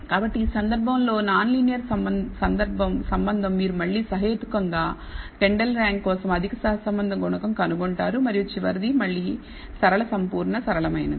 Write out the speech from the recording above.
కాబట్టి ఈ సందర్భంలో నాన్ లీనియర్ సంబంధం మీరు మళ్ళీ సహేతుకంగా కెండల్ ర్యాంక్ కోసం అధిక సహసంబంధ గుణకం కనుగొంటారు మరియు చివరిది మళ్ళీ సరళ సంపూర్ణ సరళమైనది